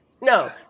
No